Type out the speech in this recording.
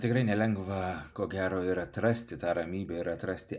tikrai nelengva ko gero ir atrasti tą ramybę ir atrasti